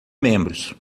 membros